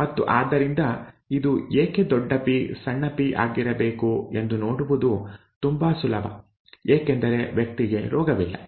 ಮತ್ತು ಆದ್ದರಿಂದ ಇದು ಏಕೆ ದೊಡ್ಡ ಪಿ ಸಣ್ಣ ಪಿ ಆಗಿರಬೇಕು ಎಂದು ನೋಡುವುದು ತುಂಬಾ ಸುಲಭ ಏಕೆಂದರೆ ವ್ಯಕ್ತಿಗೆ ರೋಗವಿಲ್ಲ